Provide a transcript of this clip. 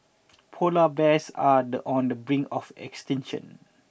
polar bears are the on the brink of extinction